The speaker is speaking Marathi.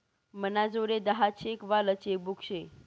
मनाजोडे दहा चेक वालं चेकबुक शे